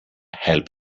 help